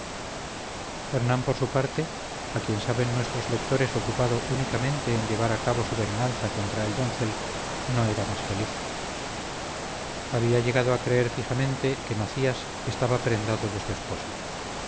hernán por su parte a quien saben nuestros lectores ocupado únicamente en llevar a cabo su venganza contra el doncel no era más feliz había llegado a creer fijamente que macías estaba prendado de su esposa